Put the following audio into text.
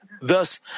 Thus